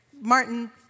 Martin